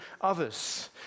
others